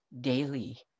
daily